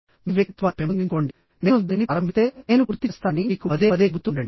మీ వ్యక్తిత్వాన్ని పెంపొందించుకోండి నేను దానిని ప్రారంభిస్తే నేను పూర్తి చేస్తానని మీకు పదే పదే చెబుతూ ఉండండి